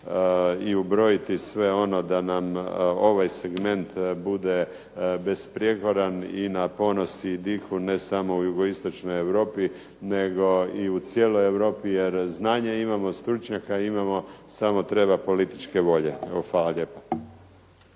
i ubrojiti sve ono da nam ovaj segment bude besprijekoran i na ponos i diku ne samo jugoistočnoj Europi nego u cijeloj Europi, jer znanja imamo, stručnjaka imamo, samo treba političke volje. Evo hvala lijepa.